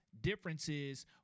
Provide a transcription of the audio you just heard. differences